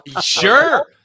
sure